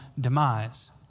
demise